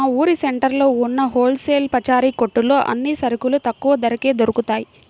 మా ఊరు సెంటర్లో ఉన్న హోల్ సేల్ పచారీ కొట్టులో అన్ని సరుకులు తక్కువ ధరకే దొరుకుతయ్